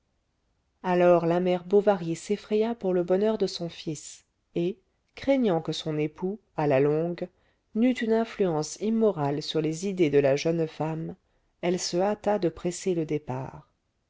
alors la mère bovary s'effraya pour le bonheur de son fils et craignant que son époux à la longue n'eût une influence immorale sur les idées de la jeune femme elle se hâta de presser le départ